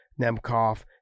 Nemkov